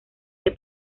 que